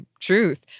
Truth